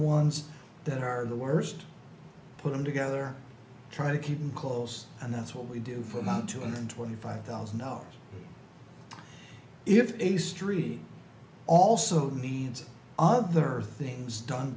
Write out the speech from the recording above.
ones that are the worst put them together try to keep them close and that's what we do for about two and twenty five thousand dollars if a street also do need some other things done